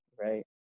right